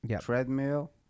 treadmill